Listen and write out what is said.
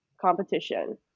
competition